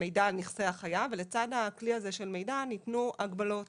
על נכסי החייב ולצד הכלי הזה של מידע ניתנו הגבלות.